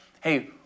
hey